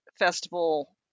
festival